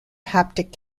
haptic